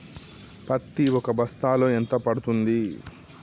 పత్తి ఒక బస్తాలో ఎంత పడ్తుంది?